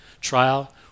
trial